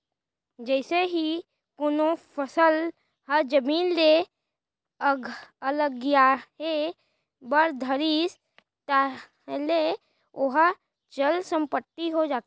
जइसे ही कोनो फसल ह जमीन ले अलगियाये बर धरिस ताहले ओहा चल संपत्ति हो जाथे